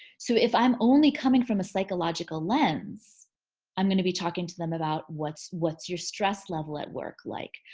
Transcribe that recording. so if i'm only coming from a psychological lens i'm gonna be talking to them about what's what's your stress level at work like?